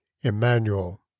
Emmanuel